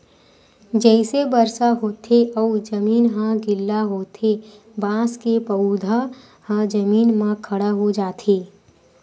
जइसे बरसा होथे अउ जमीन ह गिल्ला होथे बांस के पउधा ह जमीन म खड़ा हो जाथे